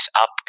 up